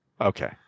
Okay